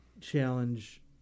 challenge